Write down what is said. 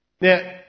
Now